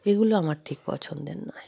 এগুলো আমার ঠিক পছন্দের নয়